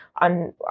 on